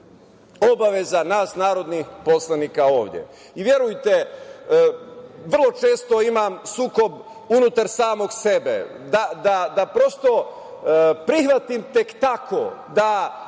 obaveza nas narodnih poslanika ovde. Verujte, vrlo često imam sukob unutar samog sebe da, prosto, prihvatim tek tako da